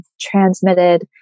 transmitted